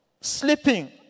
sleeping